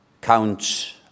count